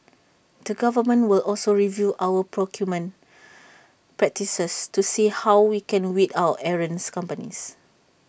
the government will also review our procurement practices to see how we can weed out errants companies